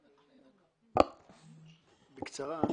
בקצרה.